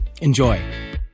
Enjoy